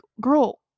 girl